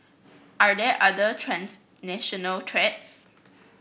are there other transnational threats